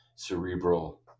Cerebral